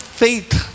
faith